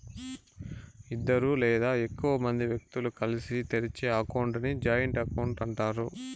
ఇద్దరు లేదా ఎక్కువ మంది వ్యక్తులు కలిసి తెరిచే అకౌంట్ ని జాయింట్ అకౌంట్ అంటారు